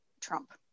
trump